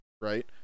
right